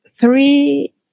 three